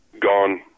gone